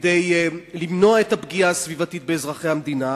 כדי למנוע את הפגיעה הסביבתית באזרחי המדינה,